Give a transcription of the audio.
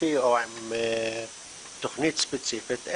ספציפי או עם תכנית ספציפית,